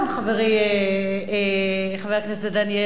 חברי חבר הכנסת דניאל,